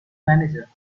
manager